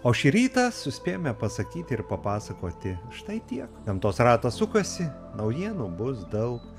o šį rytą suspėjome pasakyti ir papasakoti štai tiek gamtos ratas sukasi naujienų bus daug